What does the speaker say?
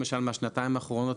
למשל מהשנתיים האחרונות,